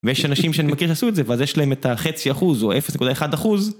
ויש אנשים שאני מכיר שעשו את זה ואז יש להם את החצי אחוז או אפס נקודה אחד אחוז.